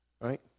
right